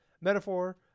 Metaphor